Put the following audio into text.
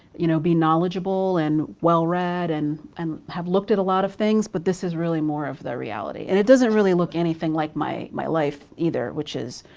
you know be knowledgeable and well-read and and have looked at a lot of things, but this is really more of the reality. and it doesn't really look anything like my my life either, which is,